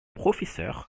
professeurs